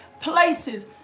places